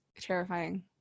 terrifying